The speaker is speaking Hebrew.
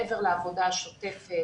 מעבר לעבודה השוטפת